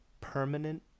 Permanent